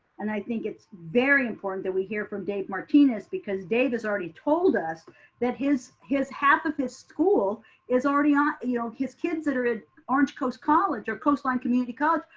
and i think it's very important that we hear from dave martinez because dave has already told us that his his half of his school is already on, you know his kids that are at orange coast college or coastline community college,